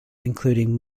including